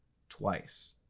twice,